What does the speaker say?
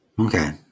Okay